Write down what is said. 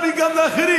רד למטה.